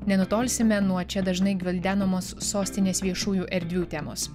nenutolsime nuo čia dažnai gvildenamos sostinės viešųjų erdvių temos